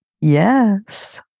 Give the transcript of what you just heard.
Yes